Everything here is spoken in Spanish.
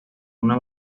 una